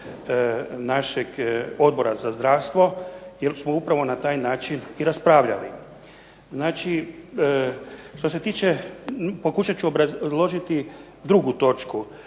našeg Odbora za zdravstvo jer smo upravo na taj način i raspravljali. Znači, što se tiče pokušat ću obrazložiti drugu točku.